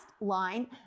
line